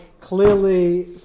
clearly